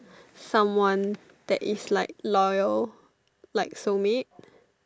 someone that is like loyal like soul mate